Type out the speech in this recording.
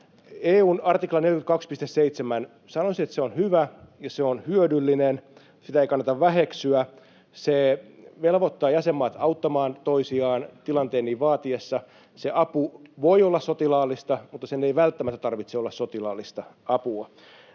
EU:n artikla 42.7 — sanoisin, että se on hyvä ja se on hyödyllinen. Sitä ei kannata väheksyä. Se velvoittaa jäsenmaat auttamaan toisiaan tilanteen niin vaatiessa. Se apu voi olla sotilaallista, mutta sen ei välttämättä tarvitse olla sotilaallista apua.